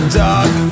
dog